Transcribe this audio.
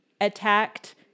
attacked